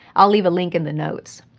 i'll leave a link in the notes.